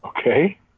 Okay